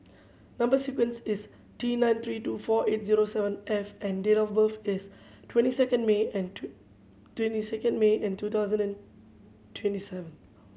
number sequence is T nine three two four eight zero seven F and date of birth is twenty second May and two twenty second May and two thousand and twenty seven